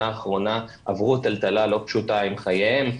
האחרונה עברו טלטלה לא פשוטה עם חייהם,